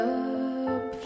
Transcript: up